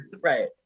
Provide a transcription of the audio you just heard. right